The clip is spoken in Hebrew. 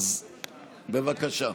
אז בבקשה.